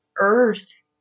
Earth